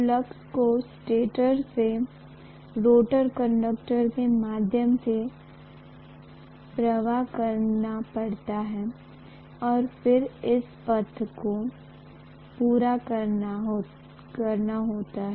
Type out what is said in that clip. flux को stator से rotor conductor के माध्यम से प्रवाह करना पड़ता है और फिर इस पथ को पूरा करना होता है